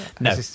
No